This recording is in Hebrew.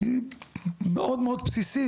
היא מאוד מאוד בסיסית,